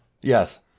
Yes